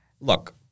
look